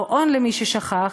בר-און, למי ששכח,